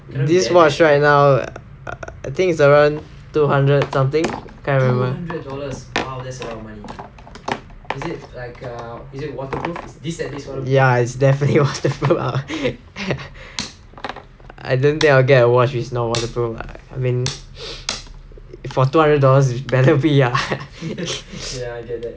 this watch right now I think is around two hundred something can't remember ya it's definitely waterproof I don't think I will get a watch if it's not waterproof ah I mean for two hundred dollars it better be ah